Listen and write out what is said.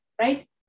right